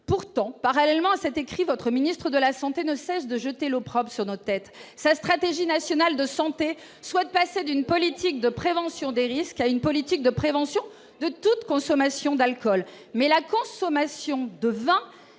pourtant parallèlement à cette écrit votre ministre de la Santé ne cessent de jeter l'opprobre sur nos têtes, sa stratégie nationale de santé, soit de passer d'une politique de prévention des risques à une politique de prévention de toute consommation d'alcool, mais la consommation de vin